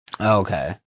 Okay